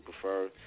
prefer